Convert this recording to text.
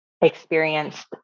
experienced